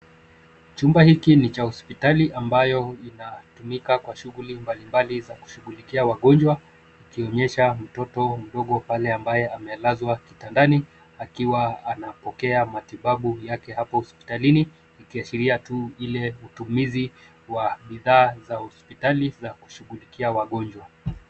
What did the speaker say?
Chumba hiki ni cha hospitali ambayo inatumika kwa shuguli mbalimbali za kushugulikia wagonjwa, ikionyesha mtoto mdogo pale ambaye amelazwa kitandani akiwa anapokea matibabu yake hapo hospitalini, ikiashiria tu ile utumizi wa bidhaa za hospitali za kushugulikia wagonjwa.